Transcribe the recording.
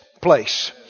place